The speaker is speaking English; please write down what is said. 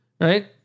right